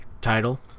title